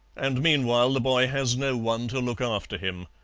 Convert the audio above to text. and meanwhile the boy has no one to look after him.